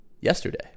yesterday